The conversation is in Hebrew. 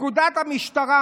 בפקודת המשטרה,